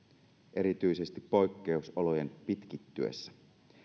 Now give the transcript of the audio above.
erityisesti poikkeusolojen pitkittyessä